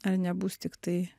ar nebus tiktai